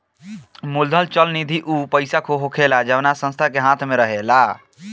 मूलधन चल निधि ऊ पईसा होखेला जवना संस्था के हाथ मे रहेला